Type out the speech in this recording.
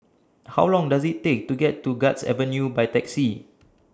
How Long Does IT Take to get to Guards Avenue By Taxi